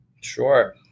Sure